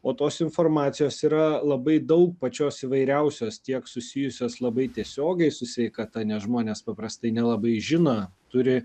o tos informacijos yra labai daug pačios įvairiausios tiek susijusios labai tiesiogiai su sveikata nes žmonės paprastai nelabai žino turi